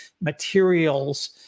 materials